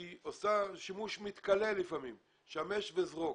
היא עושה שימוש מתכלה לפעמים, שמש וזרוק.